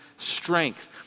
Strength